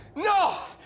no!